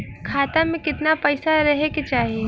खाता में कितना पैसा रहे के चाही?